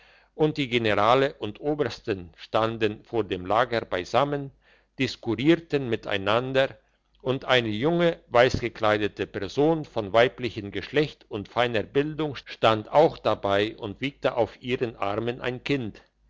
und die generale und obersten standen vor dem lager beisammen diskurierten miteinander und eine junge weissgekleidete person von weiblichem geschlecht und feiner bildung stand auch dabei und wiegte auf ihren armen ein kind